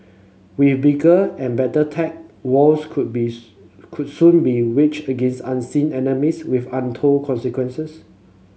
with bigger and better tech wars could be could soon be waged against unseen enemies with untold consequences